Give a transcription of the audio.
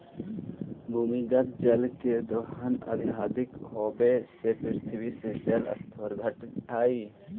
भूमिगत जल के दोहन अत्यधिक होवऽ से पृथ्वी के जल स्तर घटऽ हई